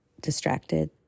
distracted